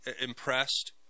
impressed